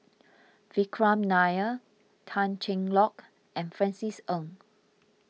Vikram Nair Tan Cheng Lock and Francis Ng